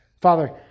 Father